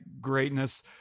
greatness